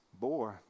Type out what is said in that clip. Boy